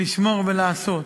לשמור ולעשות,